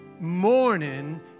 morning